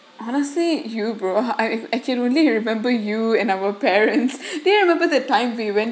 honestly you bro I I I can only remember you and our parents ya I remember that time we went